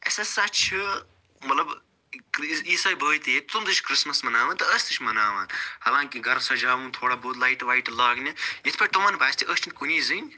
اسہِ ہسا چھِ مطلب کۭتیٛاہ عیٖسٲے بھٲے تہِ ییٚتہِ تِم تہِ چھِ کرٛسمِس مناوان تہٕ أسۍ تہِ چھِ مناوان حالانکہ گھرٕ سجاوُن تھوڑا بہت لایِٹہٕ وایِٹہٕ لاگنہِ یِتھ پٲٹھۍ تِمَن باسہِ أسۍ چھِنہٕ کُنی زٔنۍ